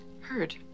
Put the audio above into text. Heard